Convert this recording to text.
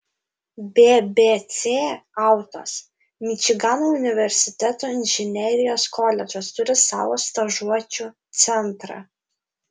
bbc autos mičigano universiteto inžinerijos koledžas turi savo stažuočių centrą